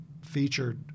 featured